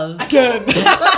again